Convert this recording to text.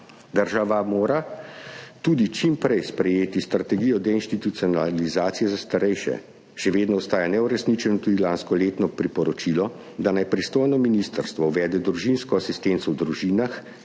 Država mora tudi čim prej sprejeti strategijo deinstitucionalizacije za starejše. Še vedno ostaja neuresničeno tudi lanskoletno priporočilo, da naj pristojno ministrstvo uvede družinsko asistenco v družinah,